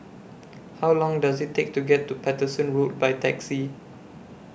How Long Does IT Take to get to Paterson Road By Taxi